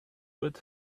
but